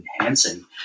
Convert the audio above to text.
enhancing